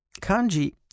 Kanji